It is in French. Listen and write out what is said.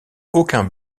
aucun